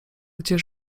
gdzie